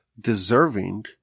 deserving